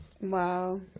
Wow